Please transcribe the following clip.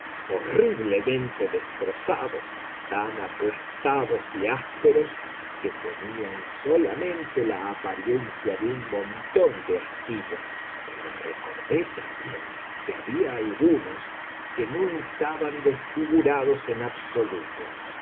horriblemente destrozados tan aplastados y ásperos que tenían solamente la apariencia de un montón de astillas pero recordé también que había algunos que no estaban desfigurados en absoluto